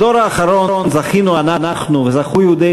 בדור האחרון זכינו אנחנו וזכו יהודי